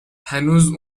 هنوزم